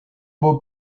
beau